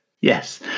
yes